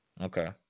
Okay